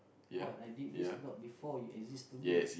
what I did this not before you existed